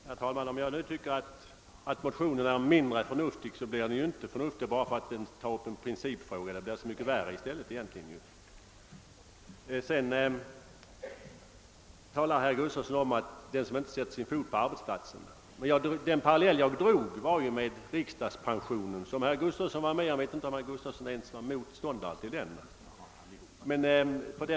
Herr talman! Om jag tycker att motionerna är mindre förnuftiga kan jag inte finna att de blir mera berättigade bara därför att de tar upp en principfråga -— snarare tvärtom. Herr Gustavsson i Alvesta talade om tjänstemän som inte sätter sin fot på arbetsplatsen. Den parallell jag drog gällde emellertid riksdagsmännens pension, som jag inte ens vet om herr Gustavsson var motståndare till vid dess införande.